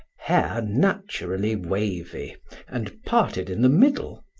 hair naturally wavy and parted in the middle,